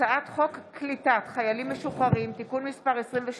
הצעת חוק קליטת חיילים משוחררים (תיקון מס' 23,